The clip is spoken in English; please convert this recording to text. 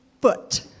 foot